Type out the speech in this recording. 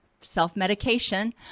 self-medication